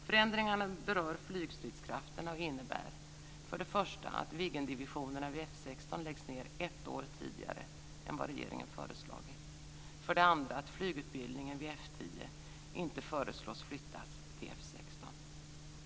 Förändringarna berör flygstridskrafterna och innebär för det första att Viggendivisionerna vid F 16 läggs ned ett år tidigare än vad regeringen föreslagit. För det andra föreslås att flygutbildningen vid F 10 inte flyttas till F 16.